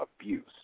abuse